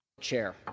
Chair